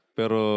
pero